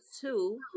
two